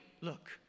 look